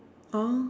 oh